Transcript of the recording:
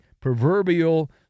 proverbial